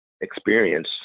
experience